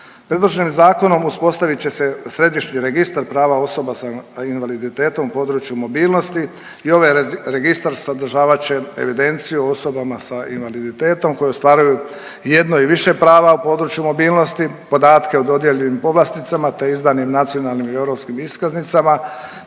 Predloženim zakonom uspostavit će se središnji registar prava osoba sa invaliditetom u području mobilnosti i ovaj registar sadržavat će evidenciju o osobama sa invaliditetom koje ostvaruju jedno i više prava u području mobilnosti, podatke o dodjeli povlasticama, te izdanim nacionalnim i europskim iskaznicama,